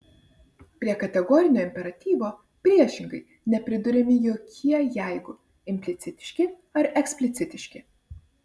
prie kategorinio imperatyvo priešingai nepriduriami jokie jeigu implicitiški ar eksplicitiški